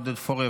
עודד פורר,